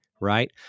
Right